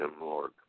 Lord